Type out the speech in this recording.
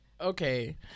Okay